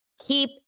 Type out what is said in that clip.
keep